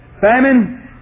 famine